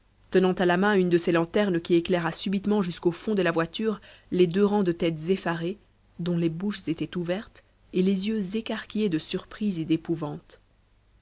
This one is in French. tenant à la main une de ses lanternes qui éclaira subitement jusqu'au fond de la voiture les deux rangs de têtes effarées dont les bouches étaient ouvertes et les yeux écarquillés de surprise et d'épouvante